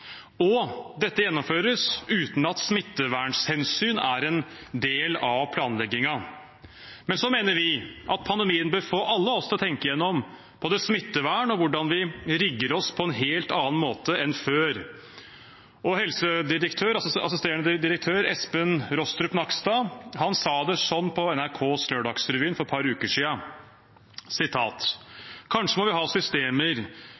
og dette gjennomføres uten at smittevernhensyn er en del av planleggingen. Vi mener at pandemien bør få oss alle til å tenke gjennom både smittevern og hvordan vi rigger oss, på en helt annen måte enn før. Assisterende helsedirektør Espen Rostrup Nakstad sa det sånn på NRKs Lørdagsrevyen 28. mars: «Kanskje må vi ha systemer